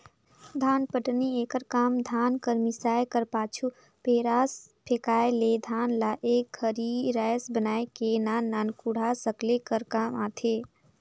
धानपटनी एकर काम धान कर मिसाए कर पाछू, पैरा फेकाए ले धान ल एक घरी राएस बनाए के नान नान कूढ़ा सकेले कर काम आथे